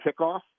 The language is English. kickoff